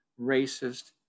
racist